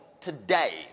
today